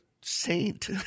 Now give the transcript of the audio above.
saint